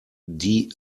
die